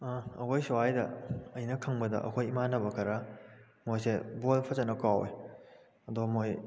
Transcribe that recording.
ꯑꯩꯈꯣꯏ ꯁ꯭ꯋꯥꯏꯗ ꯑꯩꯅ ꯈꯪꯕꯗ ꯑꯩꯈꯣꯏ ꯏꯃꯥꯟꯅꯕ ꯈꯔ ꯃꯣꯏꯁꯦ ꯕꯣꯜ ꯐꯖꯅ ꯀꯥꯎꯑꯦ ꯑꯗꯣ ꯃꯣꯏ